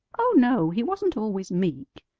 oh, no, he wasn't always meek,